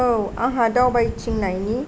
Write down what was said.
औ आंहा दावबायथिंनायनि